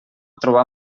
trobar